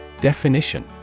Definition